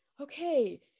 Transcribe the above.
okay